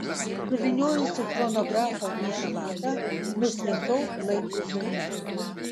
suvyniojusi chronografą į chalatą nuslinkau laiptais žemyn